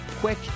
quick